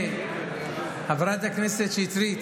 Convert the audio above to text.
חברת הכנסת שטרית,